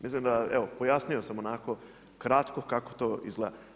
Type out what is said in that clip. Mislim da evo, pojasnio sam onako kratko kako to izgleda.